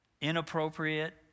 inappropriate